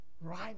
right